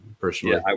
personally